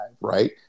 right